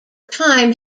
time